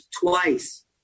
twice